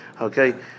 Okay